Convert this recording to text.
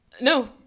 No